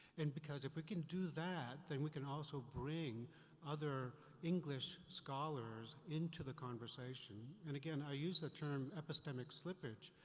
and because if we can do that, then we can also bring other english scholars into the conversation. and again, i use the term epistemic slippage.